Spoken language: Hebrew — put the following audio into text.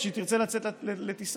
כשהיא תרצה לצאת לטיסה,